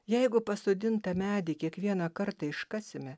jeigu pasodintą medį kiekvieną kartą iškasime